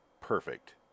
perfect